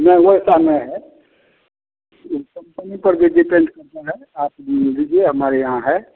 नहीं वैसा नहीं है कंपनी पर भी डेपेनद करता है आप लीजिए हमारे यहाँ है